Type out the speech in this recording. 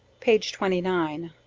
page twenty nine.